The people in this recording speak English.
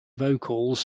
vocals